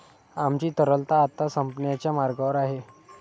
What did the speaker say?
आमची तरलता आता संपण्याच्या मार्गावर आहे